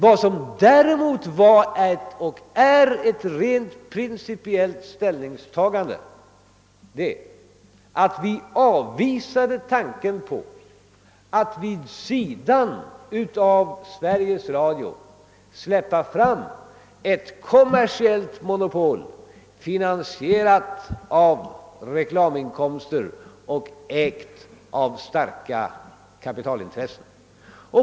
Vad som däremot var och är ett principiellt ståndpunktstagande, det är avvisandet av tanken på att vid sidan av Sveriges Radio släppa fram ett kommersiellt monopol, finansierat med reklaminkomster och ägt av starka kapitalintressen.